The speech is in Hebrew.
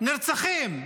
נרצחים ברחובות,